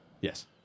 Yes